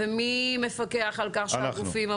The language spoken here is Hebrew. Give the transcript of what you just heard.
ומי מפקח על כך שהגופים --- אנחנו.